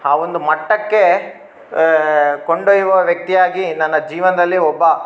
ಆ ಒಂದು ಮಟ್ಟಕ್ಕೆ ಕೊಂಡೊಯ್ಯುವ ವ್ಯಕ್ತಿಯಾಗಿ ನನ್ನ ಜೀವನದಲ್ಲಿ ಒಬ್ಬ